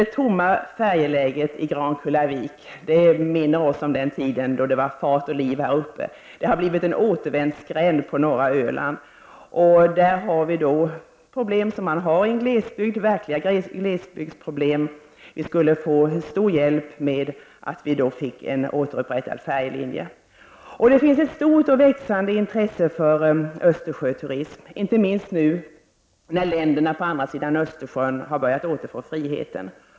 Det tomma färjeläget i Grankullavik påminner oss om den tid då det var fart och liv här uppe. Det har blivit en återvändsgränd på norra Öland. Där har vi verkliga glesbygdsproblem. Vi skulle få stor hjälp genom en återupprättad färjelinje. Det finns ett stort och växande intresse för Östersjöturism, inte minst nu, när länderna på andra sidan Östersjön har börjat återfå friheten.